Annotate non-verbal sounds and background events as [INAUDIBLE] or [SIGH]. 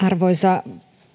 [UNINTELLIGIBLE] arvoisa